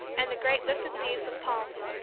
and the great lifted leaves of palms.